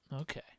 Okay